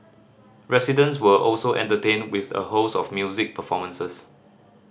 residents were also entertained with a host of music performances